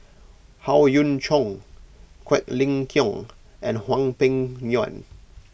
Howe Yoon Chong Quek Ling Kiong and Hwang Peng Yuan